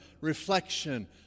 reflection